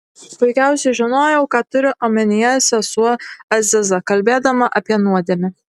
puikiausiai žinojau ką turi omenyje sesuo aziza kalbėdama apie nuodėmę